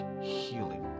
healing